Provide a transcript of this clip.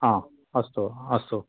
हा अस्तु अस्तु